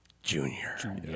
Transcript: Junior